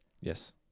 Yes